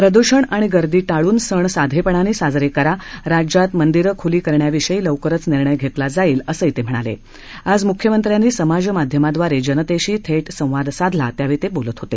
प्रदुषण आणि गर्दी टाळून सण साधेपणाने साजरा करा राज्यात मंदिरं खुली करण्याविषयी लवकरच निर्णय घेतला जाईल असंही ते म्हणाले आज मुख्यमंत्र्यांनी समाजमाध्यमाद्वारे जनतेशी थेट संवाद साधला त्यावेळी ते बोलत होते